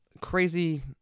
crazy